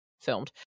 filmed